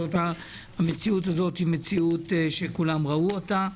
כלומר זאת מציאות שכולם ראו אותה.